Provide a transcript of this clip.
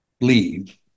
leave